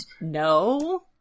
no